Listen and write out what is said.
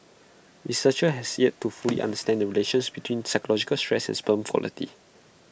researchers has yet to fully understand the relationship between psychological stress and sperm quality